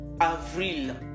Avril